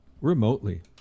remotely